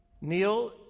Neil